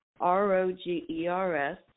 R-O-G-E-R-S